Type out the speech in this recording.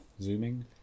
Zooming